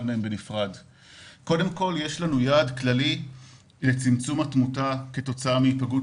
יש לנו יעד כללי לצמצום התמותה כתוצאה מהיפגעות